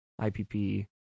IPP